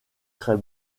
très